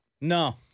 No